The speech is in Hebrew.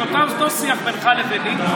זה היה אותו שיח בינך לביני,